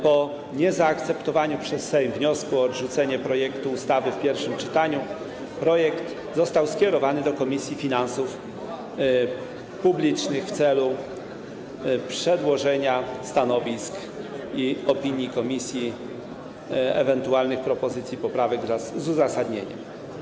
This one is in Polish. Po niezaakceptowaniu przez Sejm wniosku o odrzucenie projektu ustawy w pierwszym czytaniu projekt został skierowany do Komisji Finansów Publicznych w celu przedłożenia stanowisk i opinii komisji, ewentualnych propozycji poprawek wraz z uzasadnieniem.